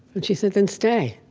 and she said, then stay.